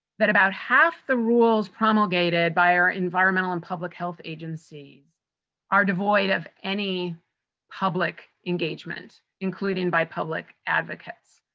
that about half the rules promulgated by our environmental and public health agencies are devoid of any public engagement, including by public advocates.